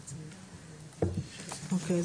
אוקיי.